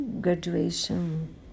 graduation